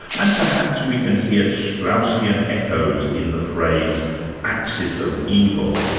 and perhaps we can hear straussian echoes in the phrase axis of evil,